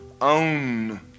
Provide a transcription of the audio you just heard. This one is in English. own